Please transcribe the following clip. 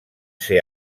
ser